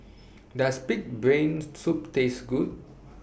Does Pig'S Brain Soup Taste Good